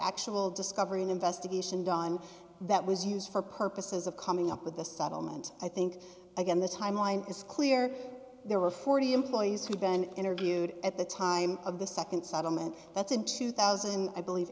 actual discovery an investigation done that was used for purposes of coming up with this settlement i think again the timeline is clear there were forty employees who've been interviewed at the time of the nd settlement that's in two thousand i believe